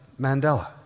Mandela